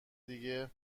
دیگه